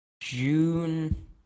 June